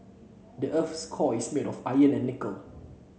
the earth's core is made of iron and nickel